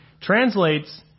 translates